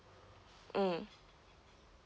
mm